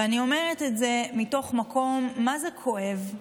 ואני אומרת את זה מתוך מקום מה זה כואב,